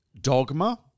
Dogma